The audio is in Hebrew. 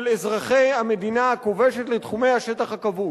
אזרחי המדינה הכובשת לתחומי השטח הכבוש.